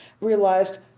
realized